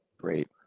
great